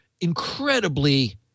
incredibly